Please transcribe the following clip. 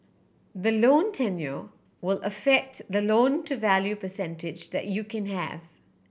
the loan tenure will affect the loan to value percentage that you can have